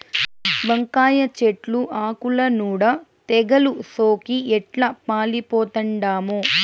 వంకాయ చెట్లు ఆకుల నూడ తెగలు సోకి ఎట్లా పాలిపోతండామో